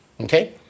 Okay